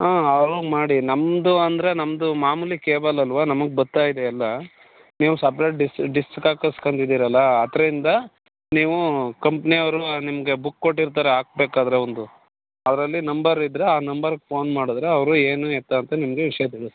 ಹಾಂ ಅವಗ ಮಾಡಿ ನಮ್ಮದು ಅಂದರೆ ನಮ್ಮದು ಮಾಮೂಲಿ ಕೇಬಲಲ್ವಾ ನಮಗೆ ಬರ್ತಾಯಿದೆ ಎಲ್ಲ ನೀವು ಸಪ್ರೇಟ್ ಡಿಸ್ ಡಿಸ್ಕಾಕಿಸ್ಕೊಂಡಿದ್ದೀರಲ್ಲ ಅದರಿಂದ ನೀವು ಕಂಪ್ನಿಯವರು ನಿಮಗೆ ಬುಕ್ ಕೊಟ್ಟಿರ್ತಾರೆ ಹಾಕ್ಬೇಕಾದ್ರೆ ಒಂದು ಅದರಲ್ಲಿ ನಂಬರ್ ಇದ್ದರೆ ಆ ನಂಬರ್ಗೆ ಫೋನ್ ಮಾಡಿದರೆ ಅವರು ಏನು ಎತ್ತ ಅಂತ ನಿಮಗೆ ವಿಷಯ ತಿಳಿಸಿ